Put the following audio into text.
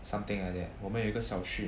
something like that 我们有一个小群